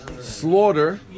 slaughter